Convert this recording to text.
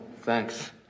thanks